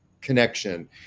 connection